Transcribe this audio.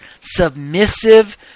Submissive